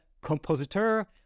compositor